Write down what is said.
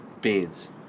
Beans